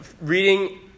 reading